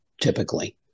typically